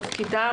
תפקידה?